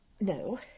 No